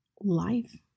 life